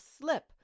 slip